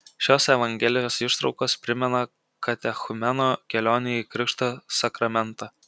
šios evangelijos ištraukos primena katechumeno kelionę į krikšto sakramentą